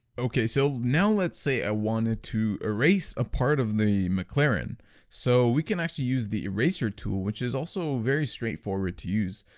okay? so now let's say i wanted to erase a part of the mclaren so we can actually use the eraser tool. which is also very straightforward to use,